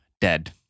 dead